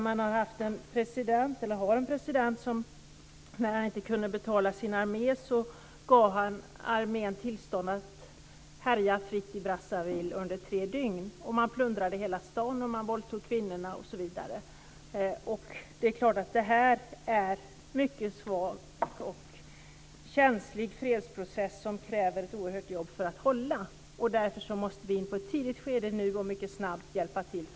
Man har en president som när han inte kunde betala sin armé gav den tillstånd att härja fritt i Brazzaville under tre dygn. Den plundrade hela staden, våldtog kvinnorna osv. Det är en mycket svag och känslig fredsprocess, och det krävs ett oerhört jobb för att hålla den i gång. Vi måste nu i ett tidigt skede mycket snabbt hjälpa till.